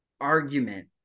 argument